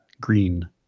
green